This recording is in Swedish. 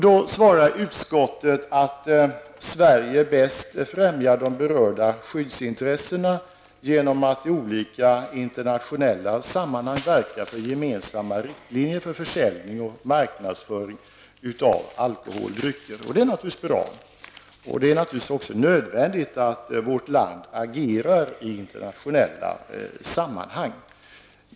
Då skriver utskottet att Sverige bäst främjar de berörda skyddsintressena genom att i olika internationella sammanhang verka för gemensamma riktlinjer för försäljning och marknadsföring av alkoholdrycker. Detta är naturligtvis bra och det är naturligtvis också nödvändigt att vårt land agerar i internationella sammanhang.